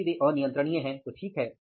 यदि वे अनियंत्रणीय हैं तो ठीक है